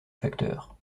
facteur